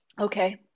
Okay